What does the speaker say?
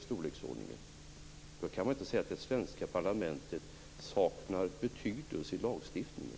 Då kan man inte säga att det svenska parlamentet saknar betydelse i lagstiftningen.